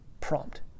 prompt